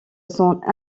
son